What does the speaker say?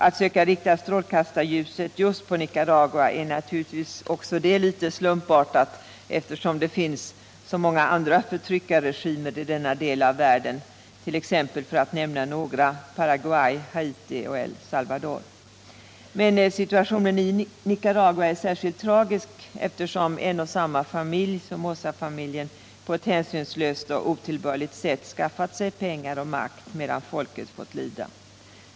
Att söka rikta strålkastarljuset just på Nicaragua är naturligtvis också det litet slumpartat, eftersom det finns så många andra förtryckarregimer i denna del av världen, t.ex. Paraguay, Haiti och Salvador. Men situationen i Nicaragua är särskilt tragisk, eftersom en och samma familj — Somozafamiljen — på ett hänsynslöst och otillbörligt sätt skaffat sig pengar och makt, medan folket fått lida.